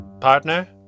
Partner